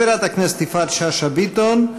חברת הכנסת יפעת שאשא ביטון,